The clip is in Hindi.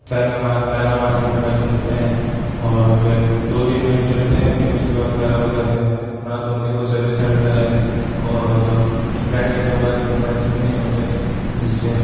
चाइना माल चाइना माल के मोबाइल बेचते हैं और मतलब दो तीन महीने चलते हैं फिर उसके बाद ख़राब हैं ना तो उनके कोई सर्विस सेंटर हैं और मतलब ब्रांडेड भी मोबाइल मोबाइल्स भी नहीं होते हैं जिससे